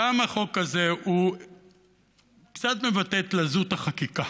גם החוק הזה הוא קצת מבטא את לזות החקיקה.